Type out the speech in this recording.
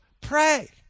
Pray